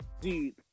Dude